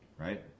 Right